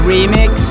Remix